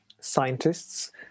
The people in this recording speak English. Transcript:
scientists